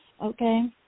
okay